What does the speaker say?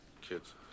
kids